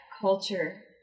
culture